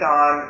on